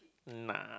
nah